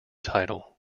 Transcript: title